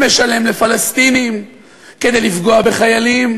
שמשלם לפלסטינים כדי לפגוע בחיילים,